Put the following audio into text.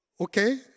Okay